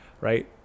right